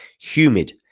Humid